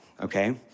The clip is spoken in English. okay